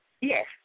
Yes